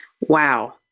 Wow